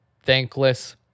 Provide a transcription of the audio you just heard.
thankless